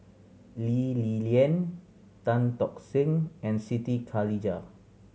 Lee Li Lian Tan Tock Seng and Siti Khalijah